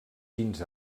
quins